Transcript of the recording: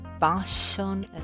passion